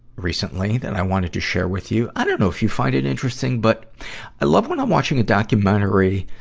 recently, that i wanted to share with you. i don't know if you find it interesting, but i love when i'm watching a documentary,